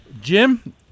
Jim